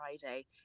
Friday